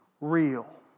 real